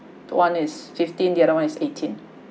one is fifteen the other one is eighteen